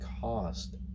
cost